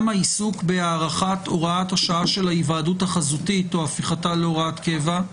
העיסוק בהארכת הוראת השעה של ההיוועדות החזותית או הפיכתה להוראת קבע,